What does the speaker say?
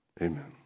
amen